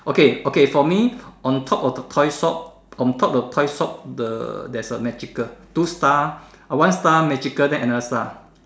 okay okay for me on top of the top shop on top of toy shop the there is a magical two star uh one star magical then another star